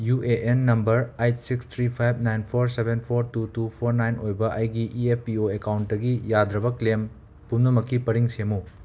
U A N number eight six three five nine four seven four two two four nine ꯑꯣꯏꯕ ꯑꯩꯒꯤ E F P O ꯑꯦꯛꯀꯥꯎꯟꯇꯒꯤ ꯌꯥꯗ꯭ꯔꯕ claim ꯄꯨꯝꯅꯃꯛꯀꯤ ꯄꯔꯤꯡ ꯁꯦꯝꯃꯨ